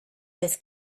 was